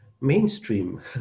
mainstream